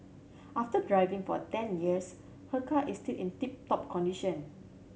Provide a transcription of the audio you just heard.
after driving for ten years her car is still in tip top condition